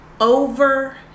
over